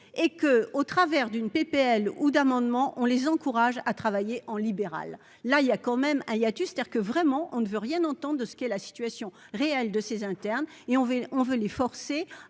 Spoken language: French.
et que, au travers d'une PPL ou d'amendements, on les encourage à travailler en libérale, là il y a quand même un hiatus, c'est-à-dire que vraiment on ne veut rien entendent de ce qu'est la situation réelle de ces internes et on veut, on